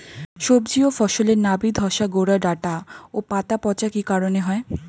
সবজি ও ফসলে নাবি ধসা গোরা ডাঁটা ও পাতা পচা কি কারণে হয়?